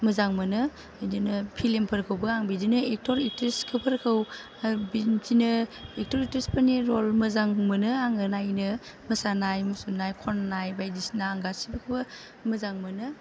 मोजां मोनो बिदिनो फिलिमफोरखौबो आं बिदिनो एकथर एकथ्रिसफोरखौ हो बिदिनो एकथर एकथ्रिफोरनि रल मोजां मोनो आङो नायनो मोसानाय मुसुरनाय खननाय बायदिसिना गासैखौबो मोजां मोनो